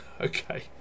Okay